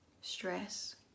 stress